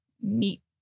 meet